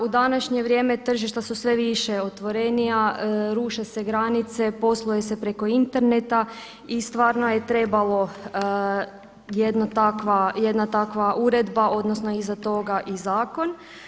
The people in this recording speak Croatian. U današnje vrijeme tržišta su sve više otvorenija, ruše se granice, posluje se preko interneta i stvarno je trebala jedna takva uredba odnosno iza toga i zakon.